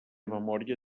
memòria